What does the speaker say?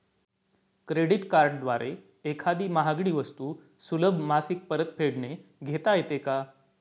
Credit कार्डद्वारे एखादी महागडी वस्तू सुलभ मासिक परतफेडने घेता येते का?